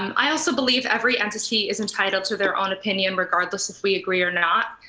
um i also believe every entity is entitled to their own opinion, regardless if we agree or not.